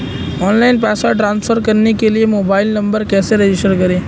Online पैसे transfer करने के लिए मोबाइल नंबर कैसे रजिस्टर करें?